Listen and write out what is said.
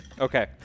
Okay